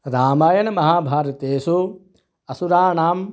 रामायणमहाभारतेषु असुराणां